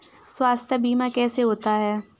स्वास्थ्य बीमा कैसे होता है?